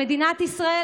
למדינת ישראל